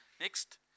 Next